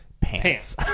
pants